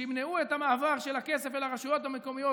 שימנעו את המעבר של הכסף אל הרשויות המקומיות,